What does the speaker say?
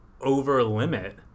over-limit